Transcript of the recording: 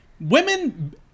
women